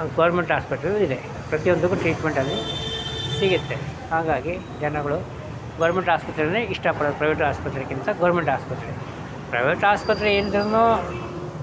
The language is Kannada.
ಅಲ್ಲಿ ಗೋರ್ಮೆಂಟ್ ಆಸ್ಪೆಟ್ಲೂ ಇದೆ ಪ್ರತಿಯೊಂದಕ್ಕೂ ಟ್ರೀಟ್ಮೆಂಟ್ ಅಲ್ಲಿ ಸಿಗುತ್ತೆ ಹಾಗಾಗಿ ಜನಗಳು ಗೋರ್ಮೆಂಟ್ ಆಸ್ಪತ್ರೆಯೇ ಇಷ್ಟಪಡೋದು ಪ್ರೈವೇಟು ಆಸ್ಪತ್ರೆಗಿಂತ ಗೌರ್ಮೆಂಟ್ ಆಸ್ಪತ್ರೆ ಪ್ರೈವೇಟ್ ಆಸ್ಪತ್ರೆಯಿಂದಲೂ